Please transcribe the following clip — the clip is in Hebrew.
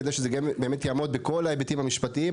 כדי שזה גם יעמוד בכל ההיבטים המשפטיים.